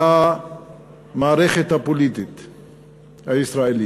מהמערכת הפוליטית הישראלית.